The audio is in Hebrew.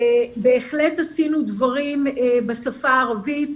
בהחלט עשינו דברים בשפה הערבית,